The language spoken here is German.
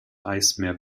eismeer